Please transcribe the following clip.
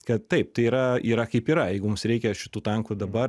kad taip tai yra yra kaip yra jeigu mums reikia šitų tankų dabar